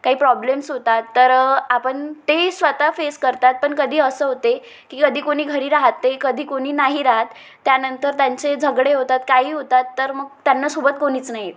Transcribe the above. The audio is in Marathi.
काही प्रॉब्लेम्स होतात तर आपण ते स्वत फेस करतात पण कधी असं होते की कधी कोणी घरी राहाते कधी कोणी नाही राहत त्यानंतर त्यांचे झगडे होतात काही होतात तर मग त्यांना सोबत कोणीच नाही येत